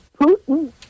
Putin